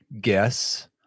guess